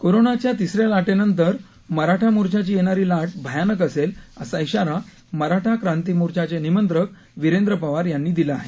कोरोनाच्या तीसऱ्या लाटेनंतर मराठा मोर्चाची येणारी लाट भयानक असेल असा इशारा मराठा क्रांती मोर्चाचे निमंत्रक वीरेंद्र पवार यांनी दिला आहे